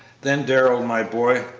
then, darrell, my boy,